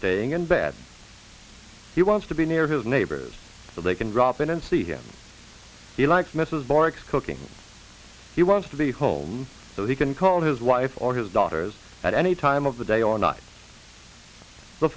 staying in bed he wants to be near his neighbors so they can drop in and see him he likes mrs barak's cooking he wants to be home so he can call his wife or his daughters at any time of the day or not the